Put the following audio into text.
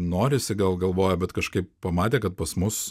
norisi gal galvojo bet kažkaip pamatė kad pas mus